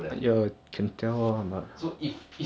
I'm pretty sure my hyper position is good enough